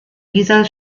dieser